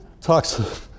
Talks